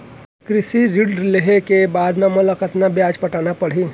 कृषि ऋण लेहे के बाद म मोला कतना ब्याज पटाना पड़ही?